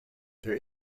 there